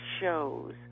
shows